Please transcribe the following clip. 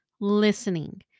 listening